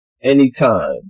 anytime